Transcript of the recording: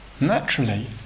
naturally